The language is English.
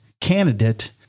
candidate